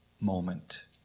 moment